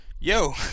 Yo